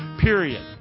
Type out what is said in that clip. Period